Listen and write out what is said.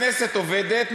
אז הכנסת עובדת,